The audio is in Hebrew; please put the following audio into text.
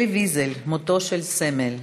אלי ויזל, מותו של סמל,